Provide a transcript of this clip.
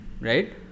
Right